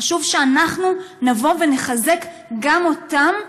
חשוב שאנחנו נבוא ונחזק גם אותם,